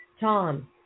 Tom